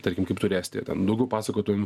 tarkim kaip turi estija ten daugiau pasakotum